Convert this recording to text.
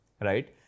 right